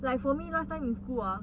like for me last time in school ah